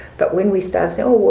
but when we start saying, oh, well,